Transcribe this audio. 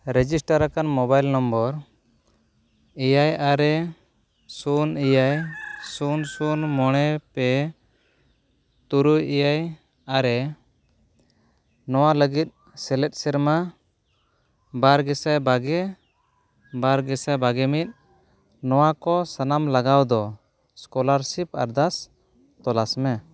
register ᱟᱠᱟᱱ mobile number ᱮᱭᱟᱭ ᱟᱨᱮ ᱥᱩᱱ ᱮᱭᱟᱭ ᱥᱩᱱ ᱥᱩᱱ ᱢᱚᱬᱮ ᱯᱮ ᱛᱩᱨᱩᱭ ᱮᱭᱟᱭ ᱟᱨᱮ ᱱᱚᱣᱟ ᱞᱟᱹᱜᱤᱫ ᱥᱮᱞᱮᱫ ᱥᱮᱨᱢᱟ ᱵᱟᱨ ᱜᱮᱥᱟᱭ ᱵᱟᱨᱜᱮ ᱵᱟᱨ ᱜᱮᱥᱟᱭ ᱵᱟᱨᱜᱮ ᱢᱤᱫ ᱱᱚᱣᱟ ᱠᱚ ᱥᱟᱱᱟᱢ ᱞᱟᱜᱟᱣ ᱫᱚ ᱥᱠᱚᱞᱟᱨᱥᱤᱯ ᱟᱨᱫᱟᱥ ᱛᱚᱞᱟᱥ ᱢᱮ